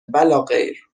ولاغیر